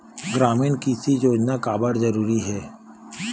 ग्रामीण कृषि योजना काबर जरूरी हे?